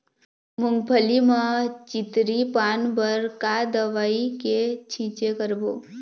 मूंगफली म चितरी पान बर का दवई के छींचे करबो?